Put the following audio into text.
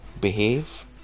behave